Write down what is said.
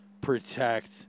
protect